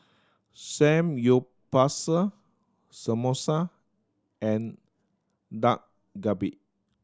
Samgyeopsal Samosa and Dak Galbi